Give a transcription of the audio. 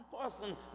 person